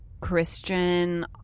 Christian